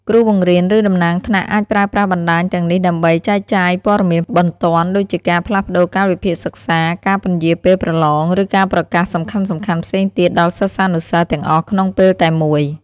គ្រូបង្រៀន ឬតំណាងថ្នាក់អាចប្រើប្រាស់បណ្តាញទាំងនេះដើម្បី ចែកចាយព័ត៌មានបន្ទាន់ ដូចជាការផ្លាស់ប្តូរកាលវិភាគសិក្សា ការពន្យារពេលប្រឡង ឬការប្រកាសសំខាន់ៗផ្សេងទៀតដល់សិស្សានុសិស្សទាំងអស់ក្នុងពេលតែមួយ។